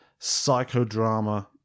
psychodrama